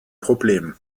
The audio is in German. problem